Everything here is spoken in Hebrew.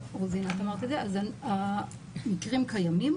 את אמרת את זה, אז המקרים קיימים.